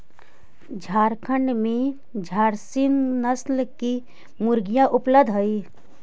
झारखण्ड में झारसीम नस्ल की मुर्गियाँ उपलब्ध हई